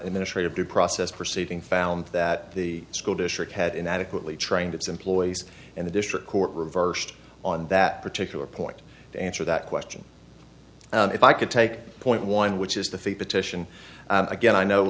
administrative due process proceeding found that the school district had inadequately trained its employees and the district court reversed on that particular point to answer that question if i could take point one which is the fee petition again i know